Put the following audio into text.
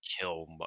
kill